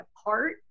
apart